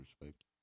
respect